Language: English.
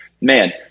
man